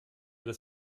des